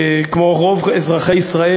כמו רוב אזרחי ישראל,